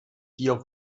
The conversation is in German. hier